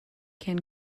can